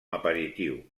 aperitiu